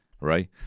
right